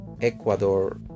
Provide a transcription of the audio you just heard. Ecuador